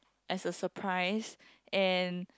as a surprise and